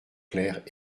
claire